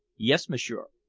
yes, m'sieur.